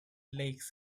lakes